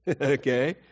Okay